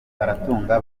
baratunga